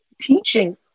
teaching